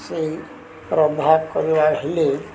ସେଇ ପ୍ରଭାବ କରିବା ହେଲେ